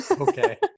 Okay